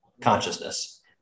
consciousness